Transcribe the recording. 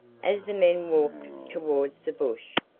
as the men walked towards the bush,